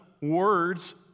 words